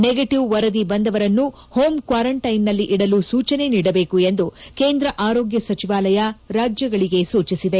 negative ವರದಿ ಬಂದವರನ್ನು home ಕ್ವಾರೆಂಟ್ಯೆನ್ನಲ್ಲಿ ಇಡಲು ಸೂಚನೆ ನೀಡಬೇಕು ಎಂದು ಕೇಂದ್ರ ಆರೋಗ್ಗ ಸಚಿವಾಲಯ ರಾಜ್ಲಗಳಿಗೆ ಸೂಚಿಸಿದೆ